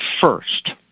first